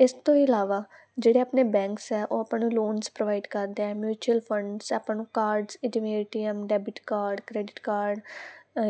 ਇਸ ਤੋਂ ਇਲਾਵਾ ਜਿਹੜੇ ਆਪਣੇ ਬੈਂਕਸ ਹੈ ਉਹ ਆਪਾਂ ਨੂੰ ਲੋਨਸ ਪ੍ਰੋਵਾਈਡ ਕਰਦੇ ਆ ਮਿਊਚੁਅਲ ਫੰਡਸ ਆਪਾਂ ਨੂੰ ਕਾਰਡਸ ਇਹ ਜਿਵੇਂ A T M debit card credit card